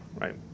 right